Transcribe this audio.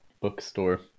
bookstore